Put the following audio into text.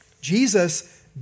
Jesus